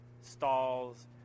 stalls